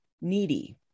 needy